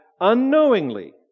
unknowingly